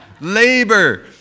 Labor